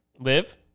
Live